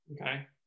Okay